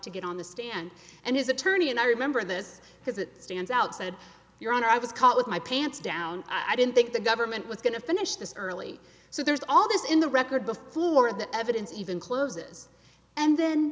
to get on the stand and his attorney and i remember this because it stands out said your honor i was caught with my pants down i didn't think the government was going to finish this early so there's all this in the record the floor of the evidence even closes and then